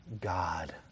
God